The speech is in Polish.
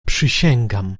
przysięgam